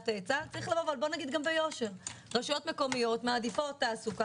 בעבר המדינה ידעה טוב מאוד להקים פתרונות.